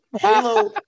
halo